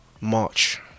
March